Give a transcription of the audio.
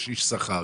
יש איש שכר,